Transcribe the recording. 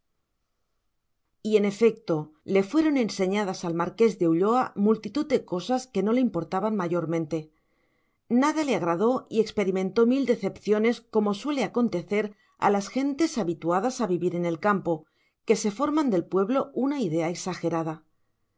y en efecto le fueron enseñadas al marqués de ulloa multitud de cosas que no le importaban mayormente nada le agradó y experimentó mil decepciones como suele acontecer a las gentes habituadas a vivir en el campo que se forman del pueblo una idea exagerada